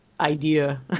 idea